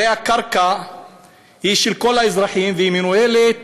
הרי הקרקע היא של כל האזרחים, והיא מנוהלת